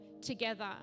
together